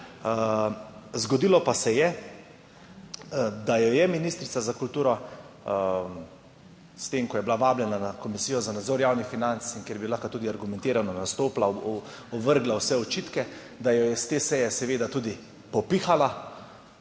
Zgodilo pa se je, da jo je ministrica za kulturo s tem, ko je bila vabljena na Komisijo za nadzor javnih financ in kjer bi lahko tudi argumentirano nastopila, ovrgla vse očitke, da jo je s te seje seveda tudi popihala,